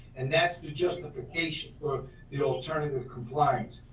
and that's the justification for the alternative compliance.